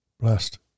Blessed